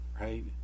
right